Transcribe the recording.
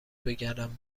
بگردم